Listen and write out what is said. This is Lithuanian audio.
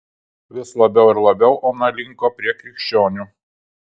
vis labiau ir labiau ona linko prie krikščionių